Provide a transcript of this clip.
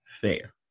fair